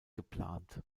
geplant